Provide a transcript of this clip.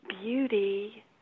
beauty